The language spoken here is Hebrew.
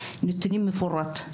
נתונים מפורטים,